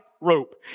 rope